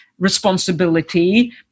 responsibility